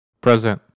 Present